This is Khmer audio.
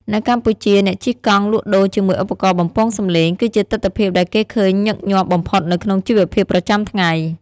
នៅកម្ពុជា អ្នកជិះកង់លក់ដូរជាមួយឧបករណ៍បំពងសំឡេង គឺជាទិដ្ឋភាពដែលគេឃើញញឹកញាប់បំផុតនៅក្នុងជីវភាពប្រចាំថ្ងៃ។